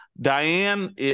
diane